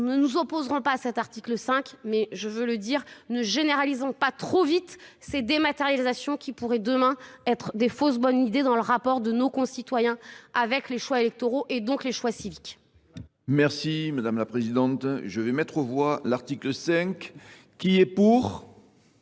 nous ne nous opposerons pas à cet article 5, mais je veux le dire, ne généralisons pas trop vite Ces dématérialisations qui pourraient demain être des fausses bonnes idées dans le rapport de nos concitoyens avec les choix électoraux et donc les choix civiques. Merci Madame la Présidente. Je vais mettre au voie l'article 5 qui est pour,